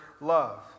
love